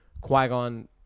Qui-Gon